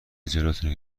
جلوتونو